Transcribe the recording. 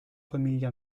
famiglia